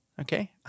okay